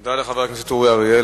תודה לחבר הכנסת אורי אריאל.